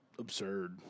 Absurd